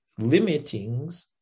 limitings